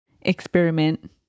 experiment